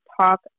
Talk